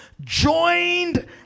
joined